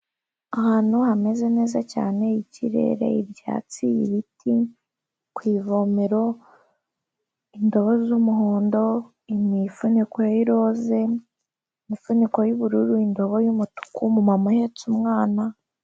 Ahantu hameze neza cyane ikirere, ibyatsi, ibiti, ku ivomero, indobo z'umuhondo, imifuniko y'iroze, imifuniko y'ubururu, indobo y'umutuku, umumama uhetse umwana.